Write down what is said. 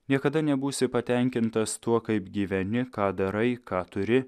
niekada nebūsi patenkintas tuo kaip gyveni ką darai ką turi